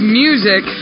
music